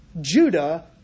Judah